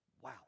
Wow